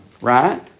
right